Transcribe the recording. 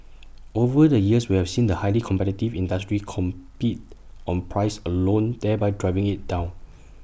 over the years we have seen the highly competitive industry compete on price alone thereby driving IT down